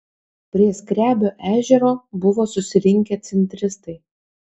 prie skrebio ežero buvo susirinkę centristai